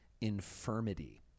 infirmity